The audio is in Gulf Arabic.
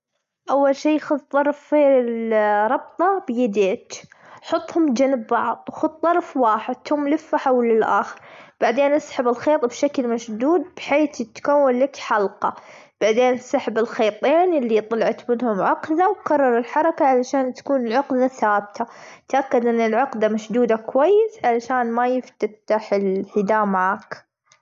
أول شي خذ طرفي الربطة بايدتج، حطهم جنب بعض خذ طرف واحد ثم لفه حول الأخر، بعدين أسحب الخيط بشكل مشدود حيث يتكون لك حلقة بعدين سحب الخيطين اللي طلعت منهم عقذة وكرر الحركة علشان تكون العقذة ثابتة، تأكد أن العقذة مشدودة كويس علشان ما يتفتح البدا معاك.